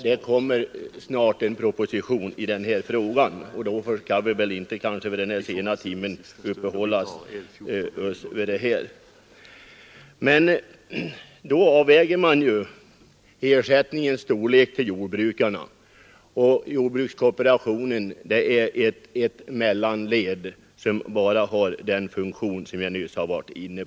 Det kommer snart en proposition i denna fråga, och därför skall vi väl inte vid denna sena timme uppehålla oss vid detta. Jordbrukskooperationen är ett mellanled, som bara har den funktion som jag nyss nämnde.